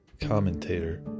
commentator